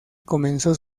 comenzó